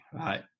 right